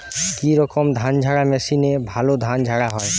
কি রকম ধানঝাড়া মেশিনে ভালো ধান ঝাড়া হয়?